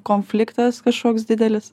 konfliktas kažkoks didelis